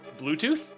Bluetooth